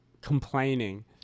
complaining